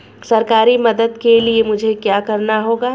सरकारी मदद के लिए मुझे क्या करना होगा?